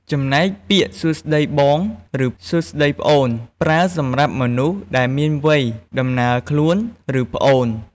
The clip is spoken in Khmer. ចំណែកពាក្យ សួស្តីបង ឬសួស្តីប្អូន ប្រើសម្រាប់មនុស្សដែលមានវ័យដំណាលខ្លួន ឬប្អូន។